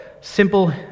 simple